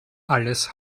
alles